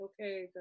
okay